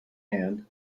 hand